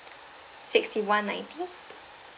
sixty one ninety